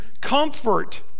comfort